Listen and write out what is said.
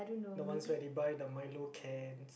the ones where they buy the milo can